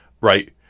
Right